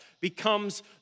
becomes